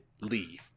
leave